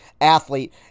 athlete